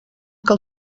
que